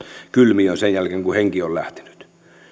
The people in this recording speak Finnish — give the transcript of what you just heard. kylmiöön sen jälkeen kun henki on lähtenyt